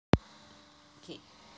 okay